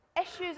issues